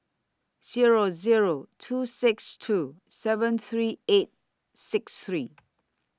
Zero Zero two six two seven three eight six three